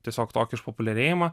tiesiog tokį išpopuliarėjimą